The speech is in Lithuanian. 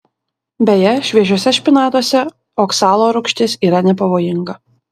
beje šviežiuose špinatuose oksalo rūgštis yra nepavojinga